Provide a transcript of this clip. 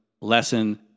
lesson